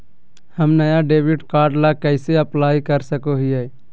हम नया debit card ला कइसे अप्लाई कर सको हियै?